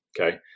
Okay